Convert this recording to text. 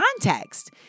context